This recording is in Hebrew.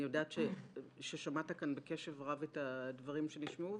ואני יודעת ששמעת כאן בקשב רב את הדברים שנשמעו,